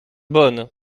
bonnes